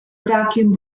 vacuum